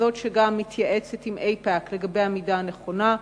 כזאת שגם מתייעצת עם איפא"ק לגבי המידה הנכונה,